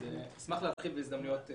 אבל אשמח להרחיב בהזדמנויות אחרות.